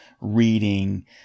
reading